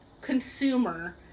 consumer